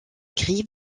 gris